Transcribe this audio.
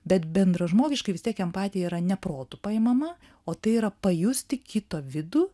bet bendražmogiškai vis tiek empatija yra ne protu paimama o tai yra pajusti kito vidų